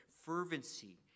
fervency